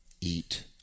Eat